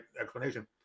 explanation